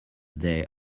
day